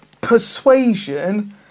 Persuasion